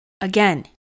Again